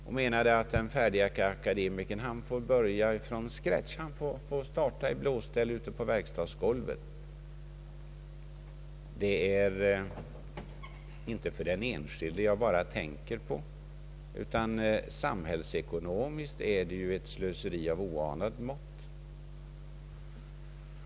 Han menade att den färdige akademikern bör börja från scratch och starta i blåställ ute på verkstadsgolvet. Det är inte bara den enskilde jag tänker på, då jag menar att detta är ett samhällsekonomiskt slöseri av oanat mått.